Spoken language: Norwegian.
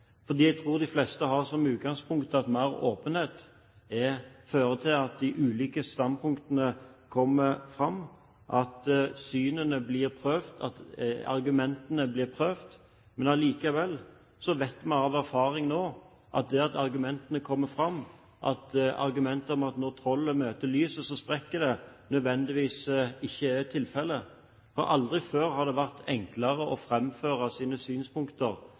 Jeg tror de fleste har som utgangspunkt at mer åpenhet fører til at de ulike standpunktene kommer fram, at synene blir prøvd, at argumentene blir prøvd kommer fram: Allikevel vet vi av erfaring nå at argumentet om at når trollet møter lyset, så sprekker det, nødvendigvis ikke er tilfelle. Aldri før har det vært enklere å framføre synspunkter